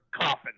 coffin